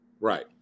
Right